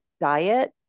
diet